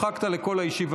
החוק אושר.